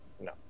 no